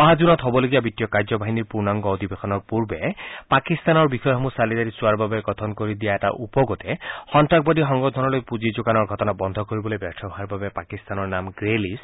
অহা জুনত হ'বলগীয়া বিত্তীয় কাৰ্যবাহিনীৰ পূৰ্ণাংগ অধিৱেশনৰ পূৰ্বে পাকিস্তানৰ বিষয়সমূহ চালি জাৰি চোৱাৰ বাবে গঠন কৰি দিয়া এটা উপ গোটে সন্তাসবাদী সংগঠনলৈ পুঁজি যোগানৰ ঘটনা বন্ধ কৰিবলৈ ব্যৰ্থ হোৱাৰ বাবে পাকিস্তানৰ নাম গ্ৰে লিট